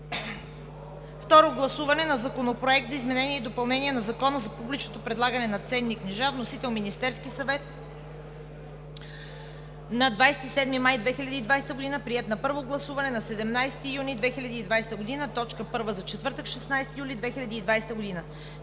Второ гласуване на Законопроекта за изменение и допълнение на Закона за публичното предлагане на ценни книжа. Вносител: Министерският съвет на 27 май 2020 г., приет на първо гласуване на 17 юни 2020 г. – точка първа за четвъртък, 16 юли 2020 г.